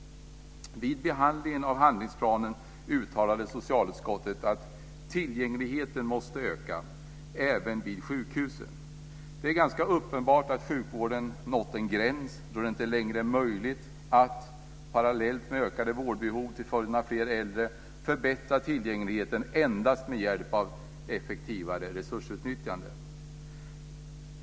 Vid behandlingen av handlingsplanen uttalade socialutskottet att tillgängligheten måste öka även vid sjukhusen. Det är ganska uppenbart att sjukvården nått en gräns då det inte längre är möjligt att parallellt med ökade vårdbehov till följd av fler äldre förbättra tillgängligheten endast med hjälp av effektivare resursutnyttjande.